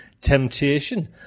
Temptation